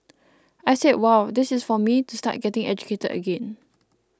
I said wow this is for me to start getting educated again